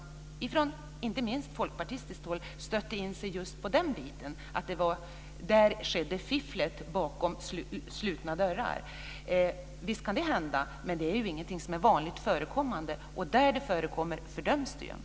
Då stötte man, inte minst från folkpartistiskt håll, in sig på just att det var där som fifflet skedde; bakom slutna dörrar. Visst kan det hända, men det är ju inget som är vanligt förekommande. Där det förekommer fördöms det.